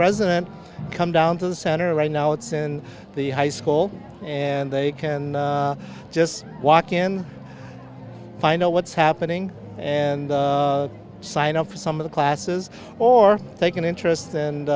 resident come down to the center right now it's in the high school and they can just walk in find out what's happening and sign up for some of the classes or take an interest and